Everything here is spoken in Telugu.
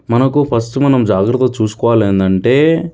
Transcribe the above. మనకు ఫస్ట్ మనం జాగ్రత్త చూసుకోవాలి ఏంటంటే